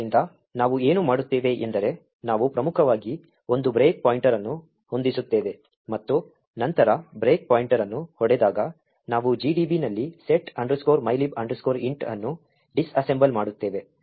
ಆದ್ದರಿಂದ ನಾವು ಏನು ಮಾಡುತ್ತೇವೆ ಎಂದರೆ ನಾವು ಪ್ರಮುಖವಾಗಿ ಒಂದು ಬ್ರೇಕ್ ಪಾಯಿಂಟ್ ಅನ್ನು ಹೊಂದಿಸುತ್ತೇವೆ ಮತ್ತು ನಂತರ ಬ್ರೇಕ್ ಪಾಯಿಂಟ್ ಅನ್ನು ಹೊಡೆದಾಗ ನಾವು GDB ನಲ್ಲಿ set mylib int ಅನ್ನು ಡಿಸ್ಅಸೆಂಬಲ್ ಮಾಡುತ್ತೇವೆ